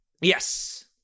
Yes